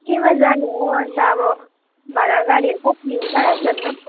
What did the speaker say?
केमा जाने हो अन्त अब भाडा गाडीहरू कति लिन्छ सोध्नु